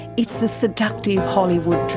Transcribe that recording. it's the seductive hollywood